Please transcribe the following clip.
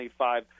25